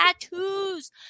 tattoos